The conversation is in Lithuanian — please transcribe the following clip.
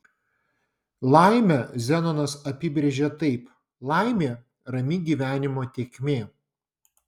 laimę zenonas apibrėžė taip laimė rami gyvenimo tėkmė